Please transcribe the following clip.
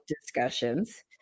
discussions